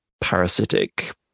parasitic